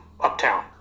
uptown